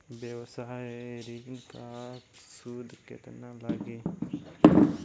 व्यवसाय ऋण ला सूद केतना लागी?